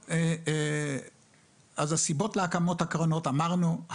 את הסיבות להקמת הקרנות אמרנו,